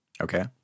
Okay